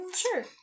Sure